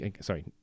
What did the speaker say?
sorry